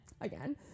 Again